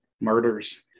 murders